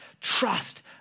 Trust